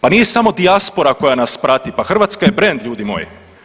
Pa nije samo dijaspora koja nas prati, pa Hrvatska je brend ljudi moji.